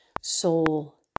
soul